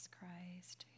Christ